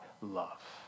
love